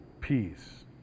peace